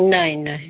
नहीं नहीं